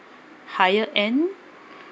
higher end